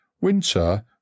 Winter